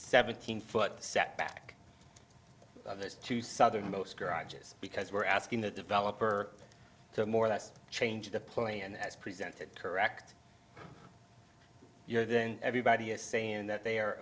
seventeen foot setback there's two southernmost garages because we're asking the developer to more that's change the plan as presented correct your then everybody is saying that they are